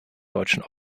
deutschen